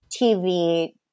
TV